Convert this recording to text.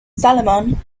salomon